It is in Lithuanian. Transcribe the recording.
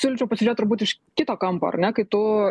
siūlyčiau pasižiūrėt turbūt iš kito kampo ar ne kai tu